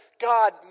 God